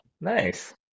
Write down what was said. nice